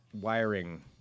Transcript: wiring